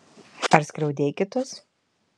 ar skriaudei kitus